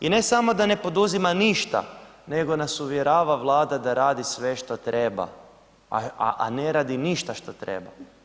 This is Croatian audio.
I ne samo da ne poduzima ništa nego nas uvjerava Vlada da radi sve što treba a ne radi ništa što treba.